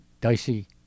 dicey